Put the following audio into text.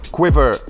Quiver